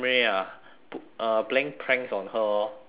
uh playing pranks on her lor